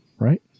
right